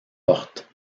portes